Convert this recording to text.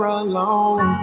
alone